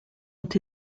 ont